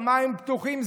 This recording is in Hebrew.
שמיים פתוחים,